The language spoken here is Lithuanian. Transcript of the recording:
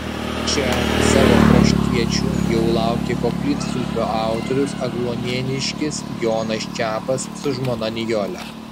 čia savo kraštiečių jau laukė koplytstulpio autorius agluonėniškis jonas čepas su žmona nijole